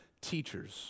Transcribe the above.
teachers